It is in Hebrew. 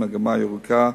"מגמה ירוקה",